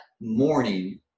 morning